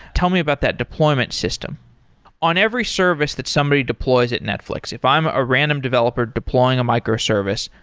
tell me about that deployment system on every service that somebody deploys at netflix, if i'm a random developer deploying a microservice,